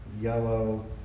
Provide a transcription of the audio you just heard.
yellow